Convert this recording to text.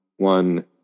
one